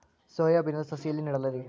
Soya ಬಿನದು ಸಸಿ ಎಲ್ಲಿ ನೆಡಲಿರಿ?